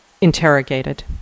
interrogated